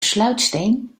sluitsteen